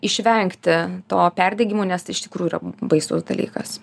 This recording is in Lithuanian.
išvengti to perdegimo nes tai iš tikrųjų yra baisus dalykas